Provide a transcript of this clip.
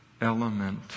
element